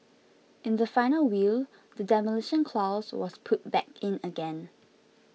in the final will the Demolition Clause was put back in again